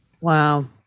wow